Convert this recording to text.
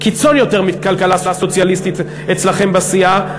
קיצון יותר מכלכלה סוציאליסטית אצלכם בסיעה,